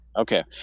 okay